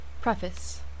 Preface